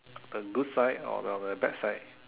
of a good side or a bad side